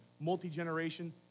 multi-generation